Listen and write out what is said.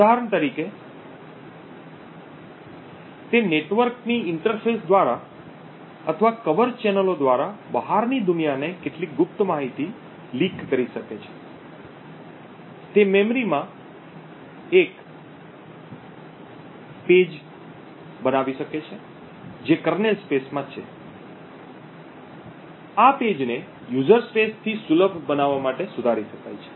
ઉદાહરણ તરીકે તે નેટવર્કની ઇન્ટરફેસ દ્વારા અથવા કવર ચેનલો દ્વારા બહારની દુનિયાને કેટલીક ગુપ્ત માહિતીને લીક કરી શકે છે તે મેમરીમાં એક page બનાવી શકે છે જે kernel space માં છે કે આ page ને user space થી સુલભ બનાવવા માટે સુધારી શકાય છે